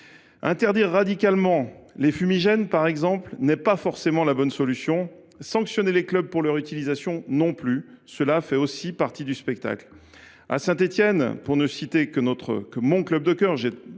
Interdire radicalement les fumigènes, par exemple, n’est pas forcément la bonne solution, non plus que sanctionner les clubs pour leur utilisation, les fumigènes faisant, aussi, partie du spectacle. À Saint Étienne, pour ne citer que mon club de cœur